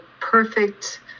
perfect